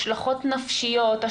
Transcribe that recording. השלכות נפשיות,